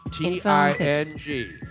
T-I-N-G